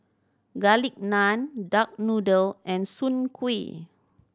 Garlic Naan duck noodle and Soon Kuih